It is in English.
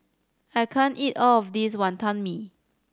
I can't eat all of this Wantan Mee